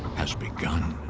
has begun.